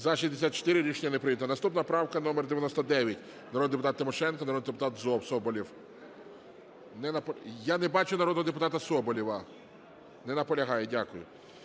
За-64 Рішення не прийнято. Наступна правка номер 99, народний депутат Тимошенко, народний депутат Соболєв. Не… Я не бачу народного депутата Соболєва. Не наполягає. Дякую.